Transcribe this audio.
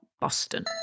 Boston